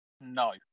no